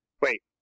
wait